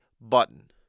button